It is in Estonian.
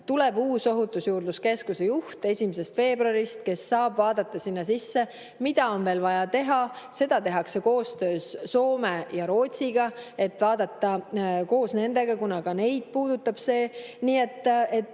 Tuleb uus Ohutusjuurdluse Keskuse juht 1. veebruarist, kes saab vaadata sinna sisse, mida on veel vaja teha. Seda tehakse koostöös Soome ja Rootsiga, et vaadata koos nendega, kuna ka neid see puudutab. Nii et